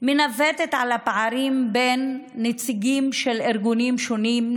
מנווטת בין הפערים בין נציגים של ארגונים שונים,